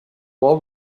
all